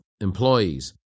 employees